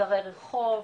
דרי רחוב,